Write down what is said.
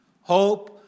Hope